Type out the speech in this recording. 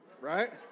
right